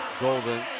Golden